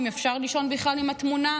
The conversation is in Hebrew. אם אפשר לישון בכלל עם התמונה,